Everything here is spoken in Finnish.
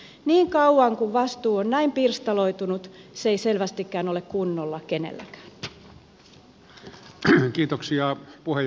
niin kauan kuin vastuu on näin pirstaloitunut se ei selvästikään ole kunnolla kenelläkään